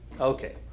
Okay